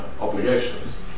obligations